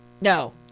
No